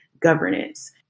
governance